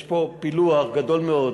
יש פה פילוח גדול מאוד,